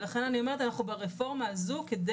ולכן אני אומרת שאנחנו ברפורמה הזו כדי